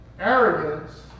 arrogance